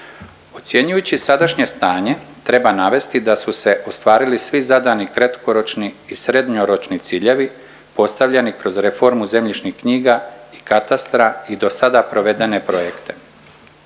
Ocjenjujući sadašnje stanje treba navesti da su se ostvarili svi zadani kratkoročni i srednjoročni ciljevi postavljeni kroz reformu zemljišnih knjiga i katastra i do sada provedene projekte.